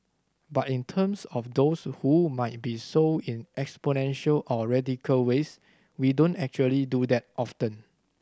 but in terms of those who might be so in exponential or radical ways we don't actually do that often